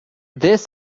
this